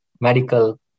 medical